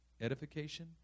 edification